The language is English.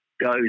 Goes